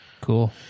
Cool